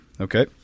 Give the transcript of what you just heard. Okay